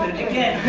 again,